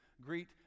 Greet